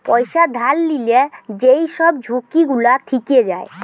পয়সা ধার লিলে যেই সব ঝুঁকি গুলা থিকে যায়